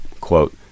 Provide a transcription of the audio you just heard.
quote